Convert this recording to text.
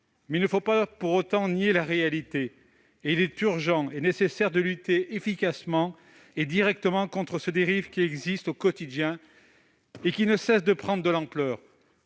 mais il ne faut pas pour autant nier la réalité : il est urgent et nécessaire de lutter efficacement et directement contre des dérives qui existent au quotidien et qui ne cessent de prendre de l'ampleur.